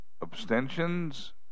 Abstentions